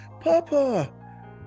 Papa